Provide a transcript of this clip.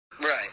Right